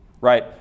right